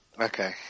Okay